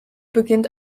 beginnt